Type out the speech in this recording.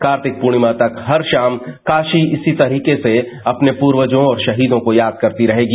कार्तिक पूर्णिमा तक हर शाम काशी इसी तरह से अपने पूर्वजों और शहीदों को याद करती रहेगी